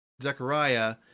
Zechariah